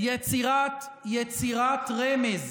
יצירת רמז.